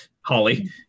Holly